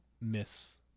miss